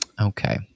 Okay